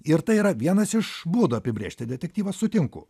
ir tai yra vienas iš būdų apibrėžti detektyvą sutinku